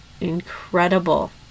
incredible